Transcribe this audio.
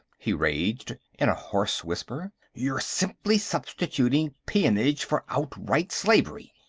he raged, in a hoarse whisper. you're simply substituting peonage for outright slavery!